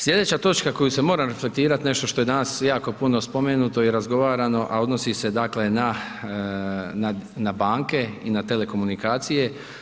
Slijedeća točku na koju se moram reflektirat, nešto što je danas jako puno spomenuto i razgovarano, a odnosi se, dakle, na banke i na telekomunikacije.